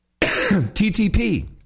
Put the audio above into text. TTP